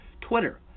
Twitter